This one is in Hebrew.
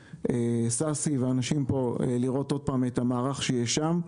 ששי ואנשים נוספים פה לראות את המערך שיש שם.